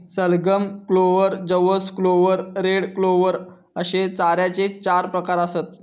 सलगम, क्लोव्हर, जवस clover, red clover अश्ये चाऱ्याचे चार प्रकार आसत